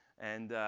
and